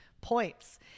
points